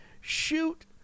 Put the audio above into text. shoot